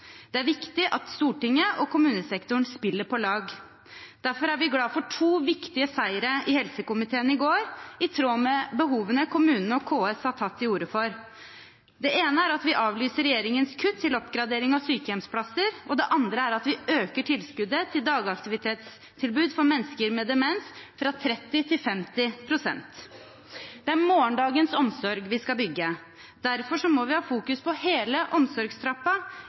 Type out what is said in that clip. Det er viktig at Stortinget og kommunesektoren spiller på lag. Derfor er vi glad for to viktige seire i helsekomiteen i går, i tråd med behovene kommunene og KS har tatt til orde for. Det ene er at vi avlyser regjeringens kutt til oppgradering av sykehjemsplasser, og det andre er at vi øker tilskuddet til dagaktivitetstilbud for mennesker med demens fra 30 til 50 pst. Det er morgendagens omsorg vi skal bygge. Derfor må vi ha fokus på hele omsorgstrappa,